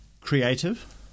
creative